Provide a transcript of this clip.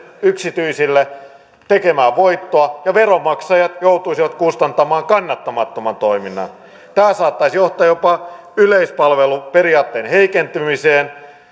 yksityisille tekemään voittoa ja veronmaksajat joutuisivat kustantamaan kannattamattoman toiminnan tämä saattaisi johtaa jopa yleispalveluperiaatteen heikentymiseen